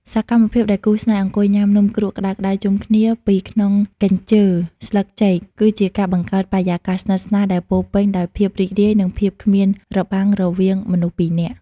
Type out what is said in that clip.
សកម្មភាពដែលគូស្នេហ៍អង្គុយញ៉ាំនំគ្រក់ក្ដៅៗជុំគ្នាពីក្នុងកញ្ជើស្លឹកចេក គឺជាការបង្កើតបរិយាកាសស្និទ្ធស្នាលដែលពោរពេញដោយភាពរីករាយ និងភាពគ្មានរបាំងរវាងមនុស្សពីរនាក់។